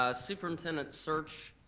ah superintendent's search,